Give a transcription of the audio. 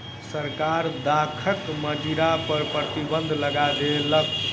सरकार दाखक मदिरा पर प्रतिबन्ध लगा देलक